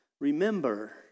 remember